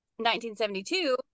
1972